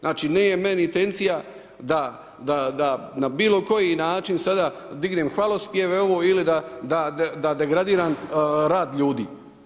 Znači, nije meni intencija da na bilo koji način sada dignem hvalospjeve ili da degradiram rad ljudi.